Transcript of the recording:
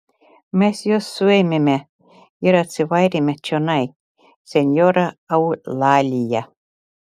mes juos suėmėme ir atsivarėme čionai senjora eulalija